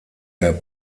der